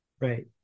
Right